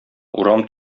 урам